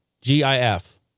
G-I-F